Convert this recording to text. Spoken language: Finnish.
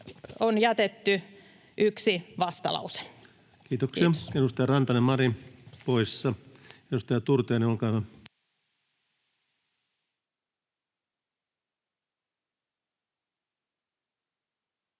esittelystä. Kiitoksia. — Edustaja Rantanen, Mari poissa. — Edustaja Turtiainen, olkaa hyvä.